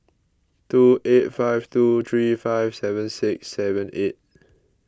two eight five two three five seven six seven eight